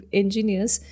engineers